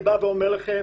אני בא ואומר לכם